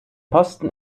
posten